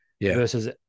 versus